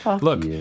Look